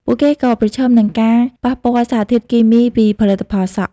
ពួកគេក៏ប្រឈមនឹងការប៉ះពាល់សារធាតុគីមីពីផលិតផលសក់។